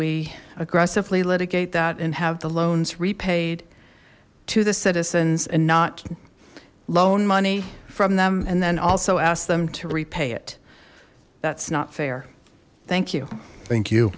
we aggressively litigate that and have the loans repaid to the citizens and not loan money from them and then also ask them to repay it that's not fair thank you thank you